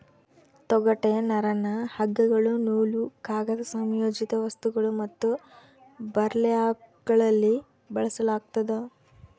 ತೊಗಟೆ ನರನ್ನ ಹಗ್ಗಗಳು ನೂಲು ಕಾಗದ ಸಂಯೋಜಿತ ವಸ್ತುಗಳು ಮತ್ತು ಬರ್ಲ್ಯಾಪ್ಗಳಲ್ಲಿ ಬಳಸಲಾಗ್ತದ